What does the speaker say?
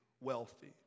wealthy